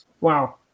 wow